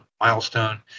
Milestone